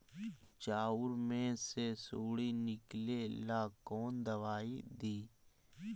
चाउर में से सुंडी निकले ला कौन दवाई दी?